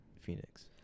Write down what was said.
Phoenix